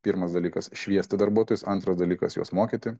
pirmas dalykas šviesti darbuotojus antras dalykas juos mokyti